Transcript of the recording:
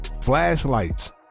flashlights